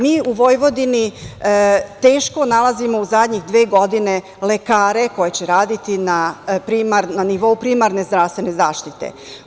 Mi u Vojvodini teško nalazimo u zadnje dve godine lekare koji će raditi na nivou primarne zdravstvene zaštite.